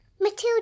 Matilda